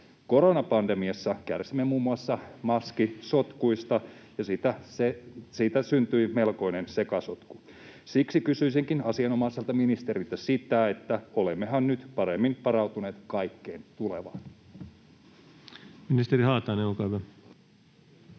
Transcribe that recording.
Koronapandemiassa kärsimme muun muassa maskisotkuista, ja siitä syntyi melkoinen sekasotku. Siksi kysyisinkin asianomaiselta ministeriltä: olemmehan nyt paremmin varautuneet kaikkeen tulevaan? Ministeri Haatainen, olkaa hyvä.